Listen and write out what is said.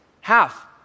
Half